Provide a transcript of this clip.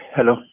Hello